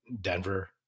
Denver